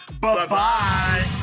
Bye-bye